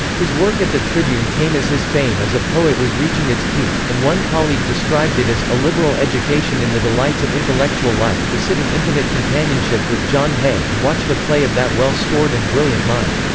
his work at the tribune came as his fame as a poet was reaching its peak, and one colleague described it as a liberal education in the delights of intellectual life to sit in intimate companionship with john hay and watch the play of that well-stored and brilliant mind.